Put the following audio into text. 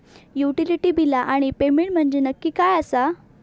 Utility बिला आणि payment म्हंजे नक्की काय आसा?